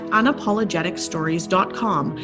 unapologeticstories.com